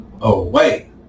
away